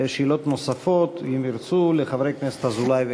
שאלות נוספות, אם ירצו, לחברי הכנסת אזולאי וגפני.